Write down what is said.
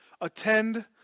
attend